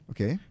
Okay